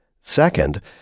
Second